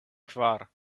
kvar